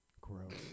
Gross